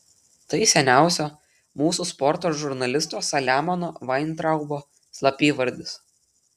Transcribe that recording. tai seniausio mūsų sporto žurnalisto saliamono vaintraubo slapyvardis